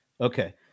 Okay